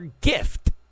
gift